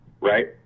right